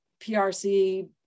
PRC